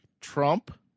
Trump